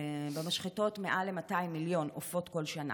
במשחטות מעל ל-200 מיליון עופות כל שנה.